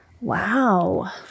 Wow